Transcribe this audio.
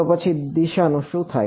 તો પછી દિશાનું શું થાય